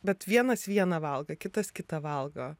bet vienas vieną valgo kitas kitą valgo